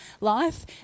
life